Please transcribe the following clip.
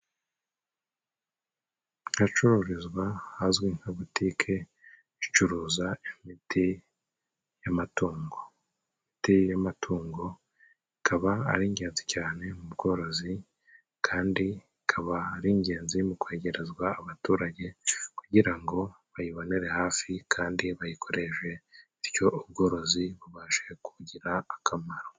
Ahacururizwa hazwi nka butike icuruza imiti y'amatungo, imiti y'amatungo ikaba ari ingenzi cyane mu bworozi, kandi ikaba ari ingenzi mu kwegerezwa abaturage, kugira ngo bayibonere hafi kandi bayikoreshe, bityo ubworozi bubashe kugira akamaro.